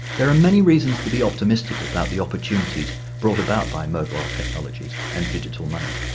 there are many reasons to be optimistic about the opportunities brought about by mobile technologies and digital money.